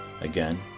Again